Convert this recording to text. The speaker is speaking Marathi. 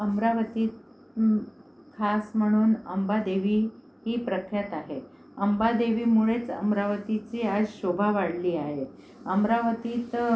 अमरावतीत खास म्हणून अंबादेवी ही प्रख्यात आहे अंबादेवीमुळेच अमरावतीची आज शोभा वाढली आहे अमरावतीत